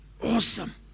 awesome